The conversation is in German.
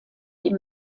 die